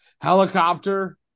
helicopter